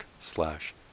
slash